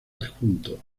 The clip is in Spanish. adjunto